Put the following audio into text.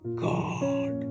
god